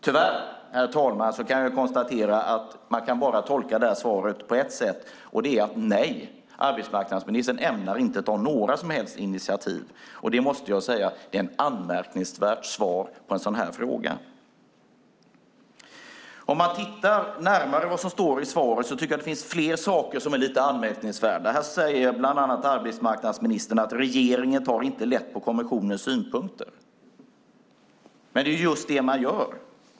Tyvärr kan jag konstatera att man kan tolka svaret bara på ett sätt, nämligen som ett nej. Arbetsmarknadsministern ämnar inte ta några som helst initiativ. Det är, måste jag säga, ett anmärkningsvärt svar på en sådan här fråga. Om man granskar svaret närmare finner man flera saker som är anmärkningsvärda. Arbetsmarknadsministern säger: "Regeringen tar inte lätt på kommissionens synpunkter." Men det är just det man gör!